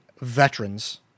veterans